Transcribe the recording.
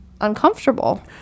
Uncomfortable